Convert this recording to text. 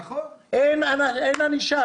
אין ענישה.